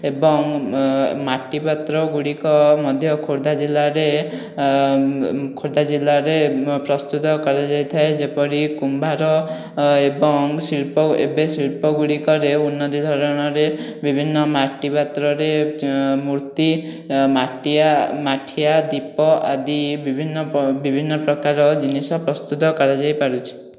ଏବଂ ମାଟିପାତ୍ର ଗୁଡ଼ିକ ମଧ୍ୟ ଖୋର୍ଦ୍ଧା ଜିଲ୍ଲାରେ ଖୋର୍ଦ୍ଧା ଜିଲ୍ଲାରେ ପ୍ରସ୍ତୁତ କରାଯାଇଥାଏ ଯେପରି କୁମ୍ଭାର ଏବଂ ଶିଳ୍ପ ଏବେ ଶିଳ୍ପଗୁଡ଼ିକରେ ଉନ୍ନତି ଧରଣରେ ବିଭିନ୍ନ ମାଟିପାତ୍ରରେ ମୂର୍ତ୍ତି ମାଠିଆ ଦୀପ ଆଦି ବିଭିନ୍ନ ବିଭିନ୍ନ ପ୍ରକାର ଜିନିଷ ପ୍ରସ୍ତୁତ କରାଯାଇପାରୁଛି